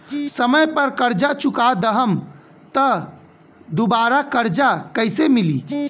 समय पर कर्जा चुका दहम त दुबाराकर्जा कइसे मिली?